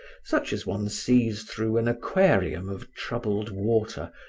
such as one sees through an aquarium of troubled water,